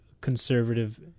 conservative